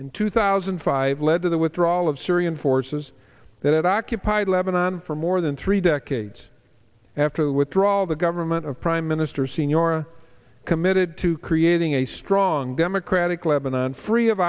in two thousand and five led to the withdrawal of syrian forces that occupied lebanon for more than three decades after the withdrawal of the government of prime minister senora committed to creating a strong democratic lebanon free of